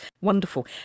wonderful